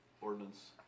ordinance